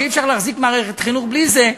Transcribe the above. שאי-אפשר להחזיק מערכת חינוך בלי זה,